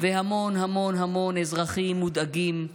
והמון המון המון אזרחים מודאגים,